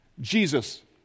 Jesus